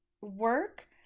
work